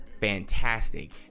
fantastic